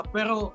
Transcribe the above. Pero